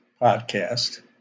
podcast